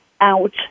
out